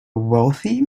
wealthy